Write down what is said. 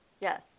yes